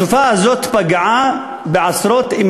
הסופה הזאת פגעה בעשרות אלפי,